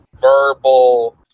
verbal